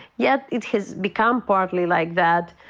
yet it has become partly like that,